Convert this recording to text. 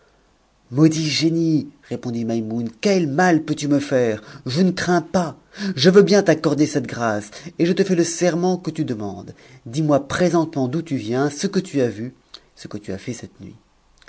maudit génie reprit maimoune quel mal peux-tu me taire je nf d'itius pas je veux bien t'accorder cette et je te fais c sertf'nt que tu demandes dis-moi présentement d'où tu viens ce que tu ce que tu as fait cette nui